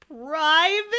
Private